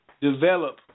develop